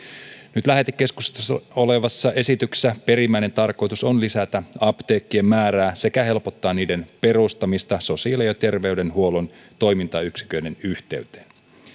nyt lähetekeskustelussa olevassa esityksessä perimmäinen tarkoitus on lisätä apteekkien määrää sekä helpottaa niiden perustamista sosiaali ja terveydenhuollon toimintayksiköiden yhteyteen